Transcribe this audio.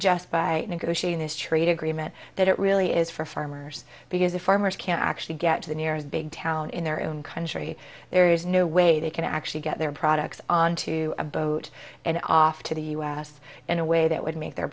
just by negotiating this trade agreement that it really is for farmers because the farmers can't actually get to the nearest big town in their own country there is no way they can actually get their products onto a boat and off to the us in a way that would make their